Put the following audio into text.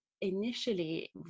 initially